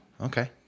okay